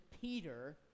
Peter